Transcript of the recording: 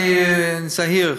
אני זהיר.